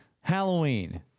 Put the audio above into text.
Halloween